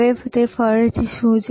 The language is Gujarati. હવે તે ફરીથી શું છે